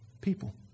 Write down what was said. People